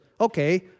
Okay